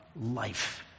life